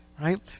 Right